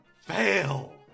Fail